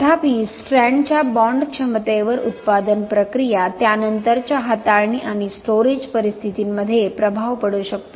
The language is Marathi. तथापि स्ट्रँडच्या बाँड क्षमतेवर उत्पादन प्रक्रिया त्यानंतरच्या हाताळणी आणि स्टोरेज परिस्थितींमध्ये प्रभाव पडू शकतो